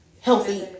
healthy